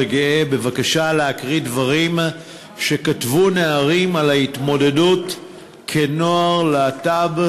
הגאה בבקשה להקריא דברים שכתבו נערים על ההתמודדות כנוער להט"ב,